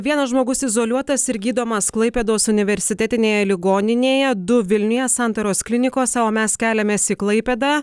vienas žmogus izoliuotas ir gydomas klaipėdos universitetinėje ligoninėje du vilniuje santaros klinikose o mes keliamės į klaipėdą